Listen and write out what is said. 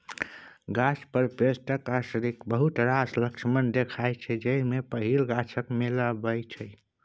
गाछ पर पेस्टक असरिक बहुत रास लक्षण देखाइ छै जाहि मे पहिल गाछक मौलाएब छै